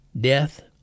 death